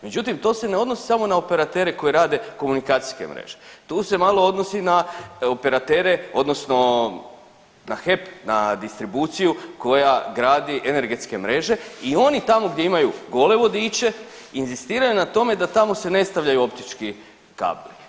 Međutim, to se ne odnosi samo na operatere koji rade komunikacijske mreže tu se malo odnosi i na operatere odnosno na HEP, na distribuciju koja gradi energetske mreže i oni tamo gdje imaju gole vodiče inzistiraju na tome da tamo se ne stavljaju optički kablovi.